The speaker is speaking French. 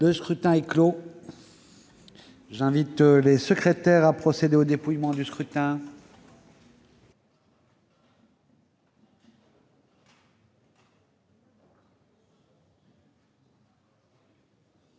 Le scrutin est clos. J'invite Mmes et MM. les secrétaires à procéder au dépouillement du scrutin.